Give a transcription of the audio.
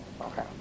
Okay